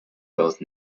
both